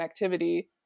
connectivity